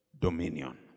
dominion